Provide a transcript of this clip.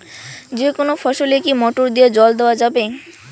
যেকোনো ফসলে কি মোটর দিয়া জল দেওয়া যাবে?